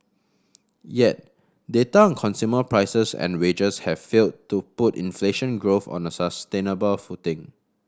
yet data on consumer prices and wages have failed to put inflation growth on a sustainable footing